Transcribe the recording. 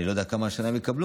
אני לא יודע כמה השנה הם יקבלו.